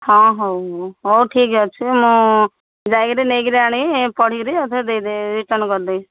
ହଁ ହଉ ହଉ ଠିକ୍ ଅଛି ମୁଁ ଯାଇକିରି ନେଇକିରି ଆଣି ପଢ଼ିକିରି ଆଉ ଥରେ ଦେଇଦେ ରିଟର୍ନ୍ କରିଦେବି